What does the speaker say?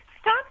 Stop